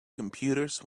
computers